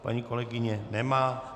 Paní kolegyně nemá.